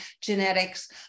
genetics